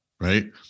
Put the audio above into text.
right